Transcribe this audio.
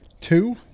Two